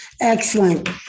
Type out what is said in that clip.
Excellent